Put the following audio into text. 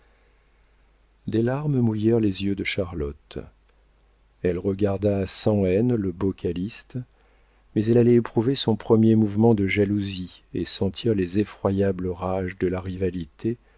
des larmes mouillèrent les yeux de charlotte elle regarda sans haine le beau calyste mais elle allait éprouver son premier mouvement de jalousie et sentir les effroyables rages de la rivalité